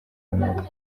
interineti